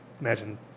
imagine